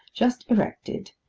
just erected,